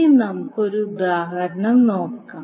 ഇനി നമുക്ക് 1 ഉദാഹരണം നോക്കാം